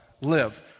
live